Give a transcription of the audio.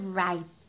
right